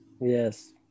Yes